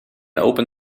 open